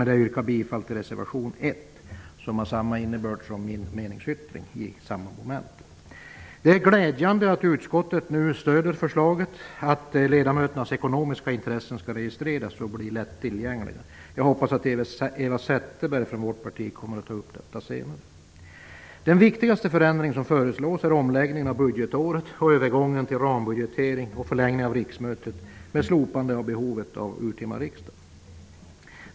Med det vill jag yrka bifall till reservation 1, som har samma innebörd som min meningsyttring under samma moment. Det är glädjande att utskottet nu stöder förslaget att ledamöternas ekonomiska intressen skall registreras och bli lätt tillgängliga. Jag hoppas att Eva Zetterberg från vårt parti kommer att ta upp denna fråga senare. Den viktigaste förändring som föreslås är omläggningen av budgetåret och övergången till rambudgetering samt förlängningen av riksmötet med slopandet av behovet av urtima riksdag.